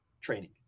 training